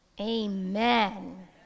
amen